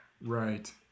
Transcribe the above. right